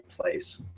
place